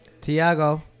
Tiago